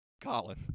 Colin